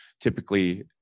typically